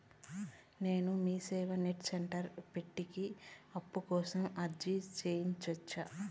నేను Meeseva net centre పెట్టేకి అప్పు కోసం అర్జీ సేయొచ్చా?